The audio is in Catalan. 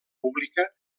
pública